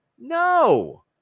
No